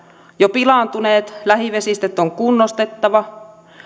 jo pilaantuneet lähivesistöt on kunnostettava